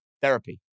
therapy